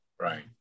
Right